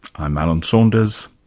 i'm alan saunders.